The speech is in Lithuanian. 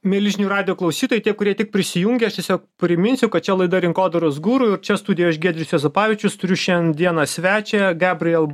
mieli žinių radijo klausytojai tie kurie tik prisijungė aš tiesiog priminsiu kad čia laida rinkodaros guru ir čia studijoj giedrius juozapavičius turiu šiandieną svečią gabriel